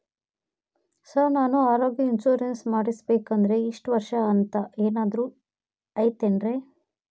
Sir ನಾನು ಆರೋಗ್ಯ insurance ಮಾಡಿಸ್ಬೇಕಂದ್ರೆ ಇಷ್ಟ ವರ್ಷ ಅಂಥ ಏನಾದ್ರು ಐತೇನ್ರೇ?